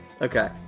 Okay